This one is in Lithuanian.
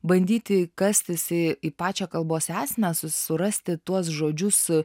bandyti kastis į pačią kalbos esmę surasti tuos žodžius